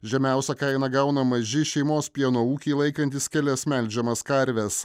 žemiausią kainą gauna maži šeimos pieno ūkiai laikantys kelias melžiamas karves